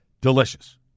Delicious